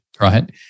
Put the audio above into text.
right